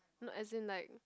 no as in like